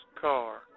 car